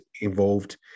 involved